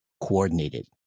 coordinated